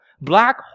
Black